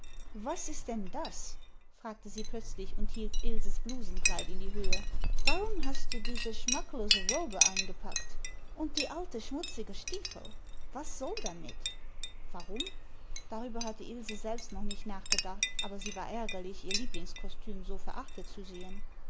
was ist denn das fragte sie plötzlich und hielt ilses blusenkleid in die höhe warum hast du diese schmacklose robe eingepackt und die alte schmutzige stiefel was soll damit warum darüber hatte ilse selbst noch nicht nachgedacht aber sie war ärgerlich ihr lieblingskostüm so verachtet zu sehen